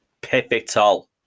Pivotal